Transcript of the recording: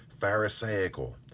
Pharisaical